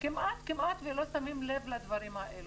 וכמעט כמעט לא שמים לב לדברים האלה,